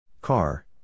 Car